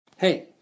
Hey